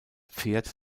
pferd